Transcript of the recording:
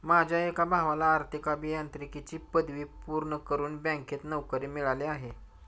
माझ्या एका भावाला आर्थिक अभियांत्रिकीची पदवी पूर्ण करून बँकेत नोकरी मिळाली आहे